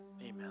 amen